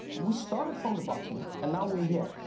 we started from the bottom and now we're here.